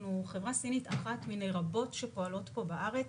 אנחנו חברה סינית אחת מיני רבות שפועלות כאן בארץ.